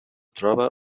troba